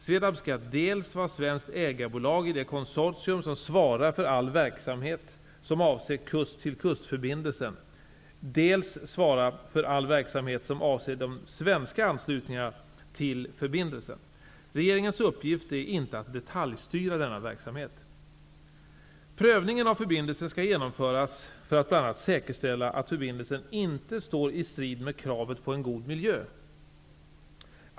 Svedab skall dels vara svenskt ägarbolag i det konsortium som svarar för all verksamhet som avser kust-till-kust-förbindelsen, dels svara för all verksamhet som avser de svenska anslutningarna till förbindelsen. Regeringens uppgift är inte att detaljstyra denna verksamhet. Prövningen av förbindelsen skall genomföras för att bl.a. säkerställa att förbindelsen inte står i strid med kravet på en god miljö.